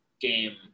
game